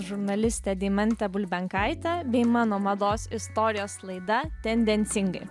žurnalistė deimantė bulbenkaitė bei mano mados istorijos laida tendencingai